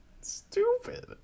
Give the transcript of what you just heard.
Stupid